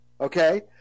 Okay